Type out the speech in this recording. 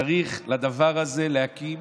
צריך להקים